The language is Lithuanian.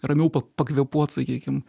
ramiau pakvėpuot sakykim